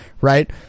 Right